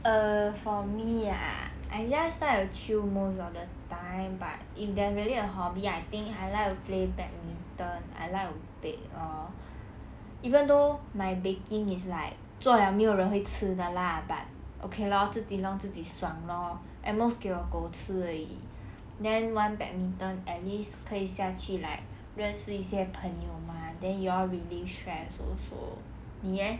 err for me ah I last time I chill most of the time but if there's really a hobby I think I like to play badminton I like to bake err even though my baking is like 做 liao 没有人会吃的 lah but okay lor 自己弄自己爽 lor at most 给我狗吃而已 then 玩 badminton at least 可以下去 like 认识一些朋友 mah then you all relieve stress also 你 eh